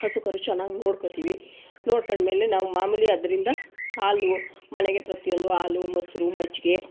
ಹಸು ಕರು ಚೆನ್ನಾಗಿ ನೋಡ್ಕೊತೀವಿ ನೋಡಿಕೊಂಡ್ಮೇಲೆ ನಾವು ಮಾಮೂಲಿ ಅದರಿಂದ ಹಾಲು ಮನೆಗೆ ಪ್ರತಿಯೊಂದು ಹಾಲು ಮೊಸರು ಮಜ್ಜಿಗೆ